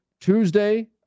Tuesday